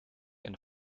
een